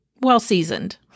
well-seasoned